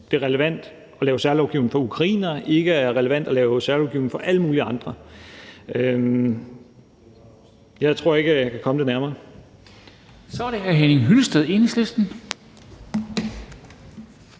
det er relevant at lave særlovgivning for ukrainere og ikke er relevant at lave særlovgivning for alle mulige andre. Jeg tror ikke, at jeg kan komme det nærmere. Kl. 13:44 Formanden (Henrik